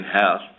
health